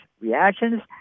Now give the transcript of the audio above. reactions